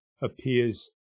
appears